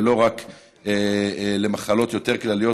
ולא רק למחלות יותר כלליות,